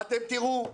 אתם תראו,